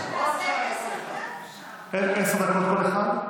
עשר דקות כל אחד?